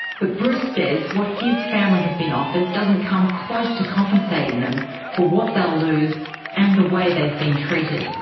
but bruce says what his family has been offered doesn't come close to compensating them for what they'll lose and the way they've been treated.